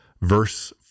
verse